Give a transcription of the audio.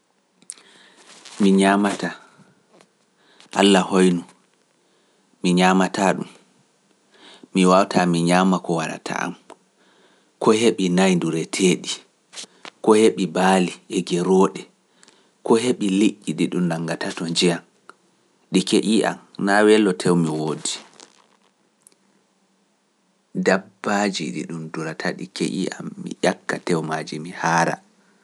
Mi ñaamataa, Alla hoynu, mi ñaamataa ɗum, mi waawta mi ñaama ko warata am, ko heɓi nayi ndure tee ɗi, ko heɓi baali e gerooɗe, ko heɓi liƴƴi ɗi ɗum nanngata to njiya, ɗi keƴii am naa welo tew mi woodi. Dabbaaji ɗi ɗum durata ɗi keƴii am, mi ƴakka tew maaji mi haara.